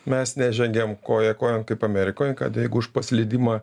mes žengiam koja kojon kaip amerikoj kad jeigu už paslydimą